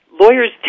Lawyers